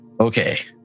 Okay